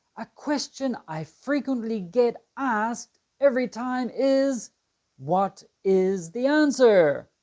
a question i frequently get asked every time is what is the answer?